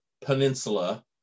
peninsula